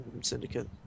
Syndicate